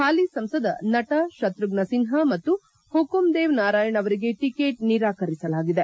ಹಾಲಿ ಸಂಸದ ನಟ ಶತೃಷ್ನ ಸಿನ್ವಾ ಮತ್ತು ಮಕುಂ ದೇವ್ ನಾರಾಯಣ್ ಅವರಿಗೆ ಟಿಕೆಟ್ ನಿರಾಕರಿಸಲಾಗಿದೆ